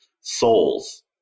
souls